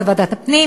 בוועדת הפנים,